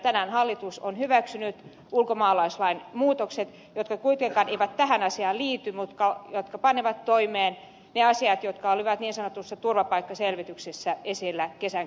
tänään hallitus on hyväksynyt ulkomaalaislain muutokset jotka kuitenkaan eivät tähän asiaan liity mutta jotka panevat toimeen ne asiat jotka olivat niin sanotussa turvapaikkaselvityksessä esillä kesän kynnyksellä